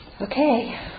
okay